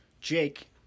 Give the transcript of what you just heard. Jake